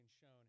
shown